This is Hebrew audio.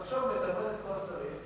אז עכשיו הוא מדבר עם כל השרים.